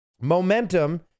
momentum